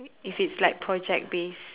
if it's like project base